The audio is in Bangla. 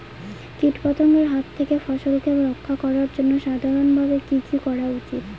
কীটপতঙ্গের হাত থেকে ফসলকে রক্ষা করার জন্য সাধারণভাবে কি কি করা উচিৎ?